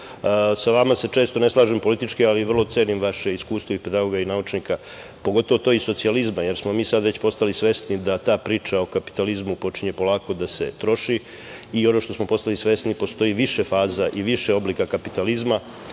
vama se često ne slažem politički, ali vrlo cenim vaše iskustvo pedagoga i naučnika, pogotovo iz socijalizma, jer smo mi sada već postali svesni da ta priča o kapitalizmu počinje polako da se troši i postoji više faza i više oblika kapitalizma. Postoji